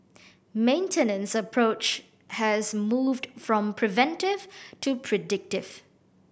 maintenance approach has moved from preventive to predictive